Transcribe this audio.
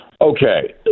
Okay